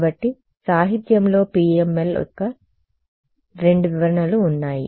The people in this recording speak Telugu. కాబట్టి సాహిత్యంలో PML యొక్క రెండు వివరణలు ఉన్నాయి